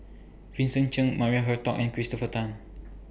Vincent Cheng Maria Hertogh and Christopher Tan